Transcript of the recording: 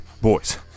boys